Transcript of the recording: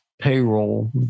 payroll